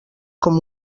com